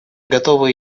готовы